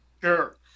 Sure